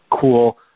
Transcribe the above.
cool